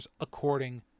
according